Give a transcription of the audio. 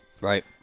Right